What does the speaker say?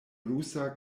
rusa